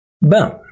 Boom